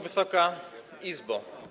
Wysoka Izbo!